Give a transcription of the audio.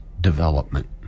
development